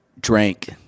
drank